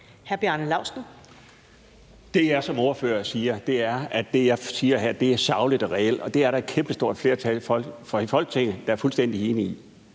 Hr. Bjarne Laustsen. Kl. 14:20 Bjarne Laustsen (S): Det, jeg siger her som ordfører, er sagligt og reelt, og det er der et kæmpestort flertal i Folketinget der er fuldstændig enige i.